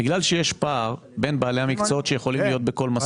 בגלל שיש פער בין בעלי המקצועות שיכולים להיות בכל מסלול.